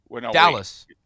Dallas